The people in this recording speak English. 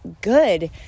good